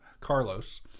Carlos